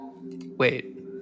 Wait